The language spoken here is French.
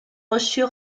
reçus